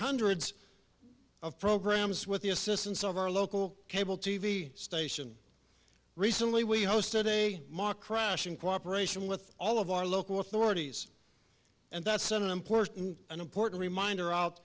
hundreds of programs with the assistance of our local cable t v station recently we hosted a mock crash in cooperation with all of our local authorities and that's an important and important reminder out